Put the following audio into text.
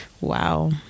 wow